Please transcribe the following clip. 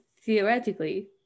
theoretically